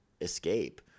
escape